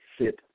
sit